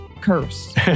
curse